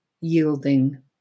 yielding